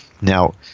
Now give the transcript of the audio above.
Now